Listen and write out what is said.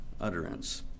utterance